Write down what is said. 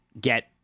get